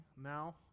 now